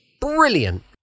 brilliant